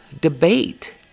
debate